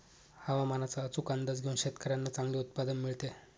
हवामानाचा अचूक अंदाज घेऊन शेतकाऱ्यांना चांगले उत्पादन मिळते